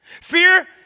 Fear